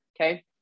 Okay